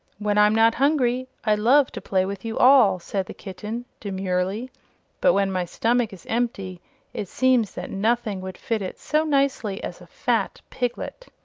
when i'm not hungry, i love to play with you all, said the kitten, demurely but when my stomach is empty it seems that nothing would fill it so nicely as a fat piglet.